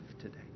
today